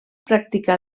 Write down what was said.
practicar